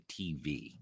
TV